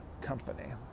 company